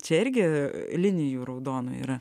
čia irgi linijų raudonų yra